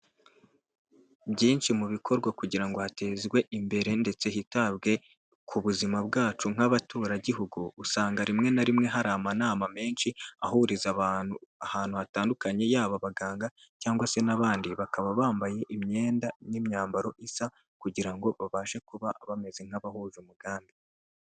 Byinshi mu bikorwa kugira ngo hatezwe imbere ndetse hitabwe ku buzima bwacu nk'abaturagihugu, usanga rimwe na rimwe hari amanama menshi ahuriza abantu ahantu hatandukanye, yaba abaganga cyangwa se n'abandi, bakaba bambaye imyenda n'imyambaro isa, kugira ngo babashe kuba bameze nk'abahuje umugambi.